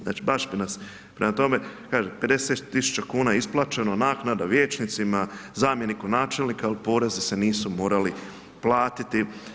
Znači baš bi nas, prema tome, kažem 50 tisuća kuna je isplaćeno, naknada, vijećnicima, zamjeniku načelnika, ali porezi se nisu morali platiti.